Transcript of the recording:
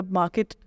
market